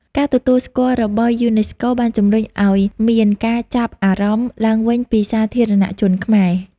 ការទទួលស្គាល់របស់យូណេស្កូបានជំរុញឱ្យមាន ការចាប់អារម្មណ៍ ឡើងវិញពីសាធារណជនខ្មែរ។